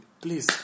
Please